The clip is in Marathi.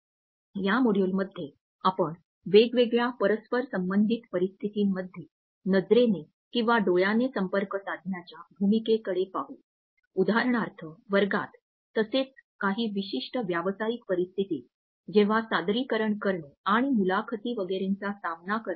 या मॉड्यूलमध्ये आपण वेगवेगळ्या परस्परसंबंधित परिस्थितींमध्ये नजरेने किंवा डोळ्याने संपर्क साधण्याच्या भूमिकेकडे पाहू उदाहरणार्थ वर्गात तसेच काही विशिष्ट व्यावसायिक परिस्थितीत जेव्हा सादरीकरण करणे आणि मुलाखती वगैरेचा सामना करणे